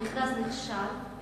המכרז נכשל,